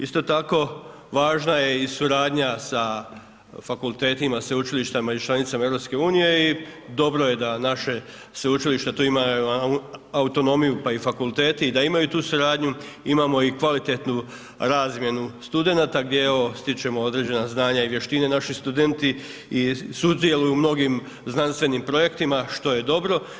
Isto tako, važna je i suradnja sa fakultetima, sveučilištima iz članicama EU i dobro je da naše sveučilište, tu ima autonomiju, pa i fakulteti, da imaju tu suradnju, imamo i kvalitetnu razmjenu studenata gdje evo stičemo određena znanja i vještine, naši studenti sudjeluju u mnogim znanstvenim projektima, što je dobro.